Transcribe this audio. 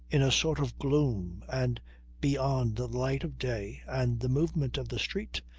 in a sort of gloom and beyond the light of day and the movement of the street,